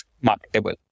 marketable